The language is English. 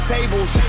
Tables